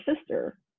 sister